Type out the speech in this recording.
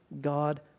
God